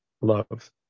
love